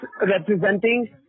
representing